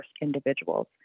individuals